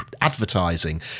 advertising